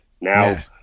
Now